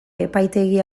epaitegi